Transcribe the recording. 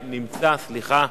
סליחה.